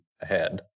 Ahead